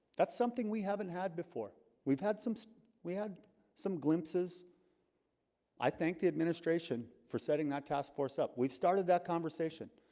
that's something. we haven't had before we've had some we had some glimpses i thank the administration for setting that taskforce up. we've started that conversation